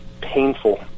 painful